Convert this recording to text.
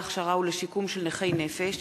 להכשרה ולשיקום של נכי נפש),